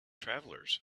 travelers